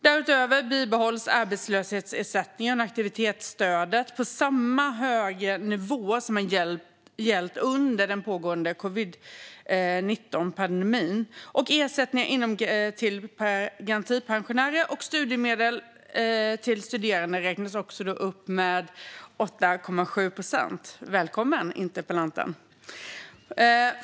Därutöver bibehålls arbetslöshetsersättningen och aktivitetsstödet på samma högre nivå som har gällt under den pågående covid-19-pandemin, och ersättningar till garantipensionärer och studiemedel till studerande räknas upp med 8,7 procent.